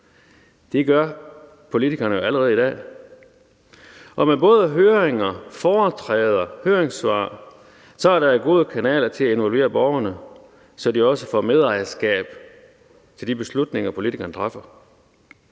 Det gør politikerne jo allerede i dag, og med både høringer, foretræder og høringssvar er der gode kanaler til at involvere borgerne, så de også får medejerskab til de beslutninger, politikerne træffer.